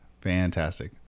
Fantastic